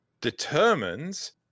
determines